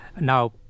now